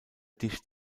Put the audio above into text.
dicht